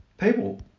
people